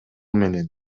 менен